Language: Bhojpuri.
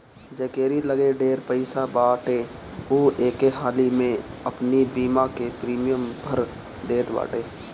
जकेरी लगे ढेर पईसा बाटे उ एके हाली में अपनी बीमा के प्रीमियम भर देत बाटे